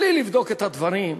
בלי לבדוק את הדברים,